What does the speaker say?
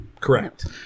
correct